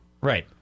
right